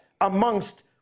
amongst